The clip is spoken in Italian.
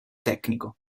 tecnico